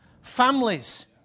families